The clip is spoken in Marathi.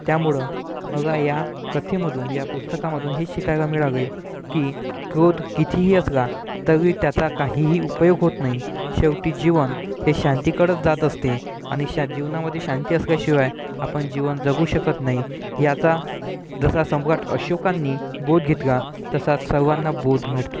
त्यामुळं मला या कथेमधून या पुस्तकामधून हे शिकायला मिळाले की क्रोध कितीही असला तरी त्याचा काहीही उपयोग होत नाही शेवटी जीवन हे शांतीकडंच जात असते आणि शा जीवनामध्ये शांती असल्याशिवाय आपण जीवन जगू शकत नाही याचा जसा सम्राट अशोकांनी बोध घेतला तसाच सर्वांना बोध मिळतो